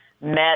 met